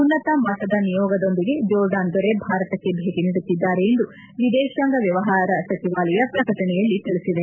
ಉನ್ನತ ಮಟ್ವದ ನಿಯೋಗದೊಂದಿಗೆ ಜೋರ್ಡಾನ್ ದೊರೆ ಭಾರತಕ್ಕೆ ಭೇಟಿ ನೀಡುತ್ತಿದ್ದಾರೆ ಎಂದು ವಿದೇಶಾಂಗ ವ್ಯವಹಾರ ಸಚಿವಾಲಯ ಪ್ರಕಟಣೆಯಲ್ಲಿ ತಿಳಿಸಿದೆ